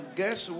guess